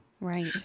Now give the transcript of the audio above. Right